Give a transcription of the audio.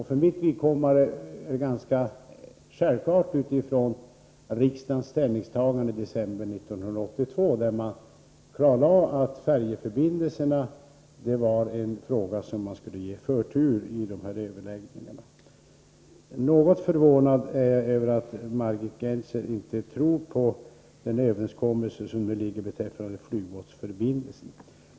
För mitt vidkommande är detta ganska självklart utifrån riksdagens ställningstagande i december 1982, då man klarlade att frågan om färjeförbindelserna skulle ges förtur i dessa överläggningar. Något förvånad är jag över att Margit Gennser inte tror på den överenskommelse som nu föreligger beträffande flygbåtsförbindelserna.